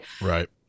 right